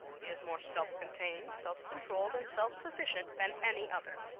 he is more self-contained, self-controlled and self-sufficient than any other.